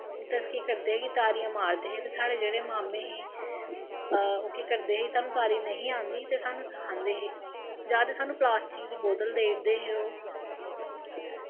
ते अस केह् करदे हे कि तारियां मारदे हे ते साढ़े जेह्ड़े माम्में हे ओह् केह् करदे हे सानूं तारी नेईं आंदी ही ते ओह् सानूं सखांदे हे जां ते सानूं प्लासटिक दी बोतल देई ओड़दे हे ओह्